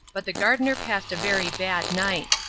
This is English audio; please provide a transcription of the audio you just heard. but the gardener passed a very bad night.